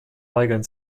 weigern